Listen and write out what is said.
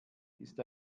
ist